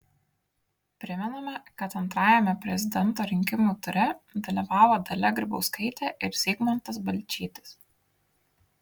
primename kad antrajame prezidento rinkimų ture dalyvavo dalia grybauskaitė ir zygmantas balčytis